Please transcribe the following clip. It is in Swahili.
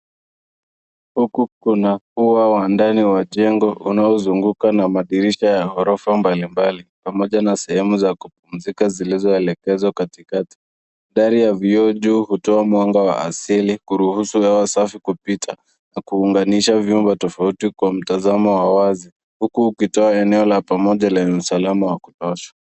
Huku kuna ua wa ndani wa jengo unaozunguka na madirisha ya gorofa mbalimbali pamoja na sehemu za kupumzika zilizoelekezwa katikati. Ndani ya vioo juu hutoa mwanga wa asili kuruhusu hewa safi kupita na kuunganisha vyumba tofauti kwa mtazamo wa wazi huku ukitoa eneo la pamoja lenye usalama wa kutosha.